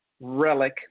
relic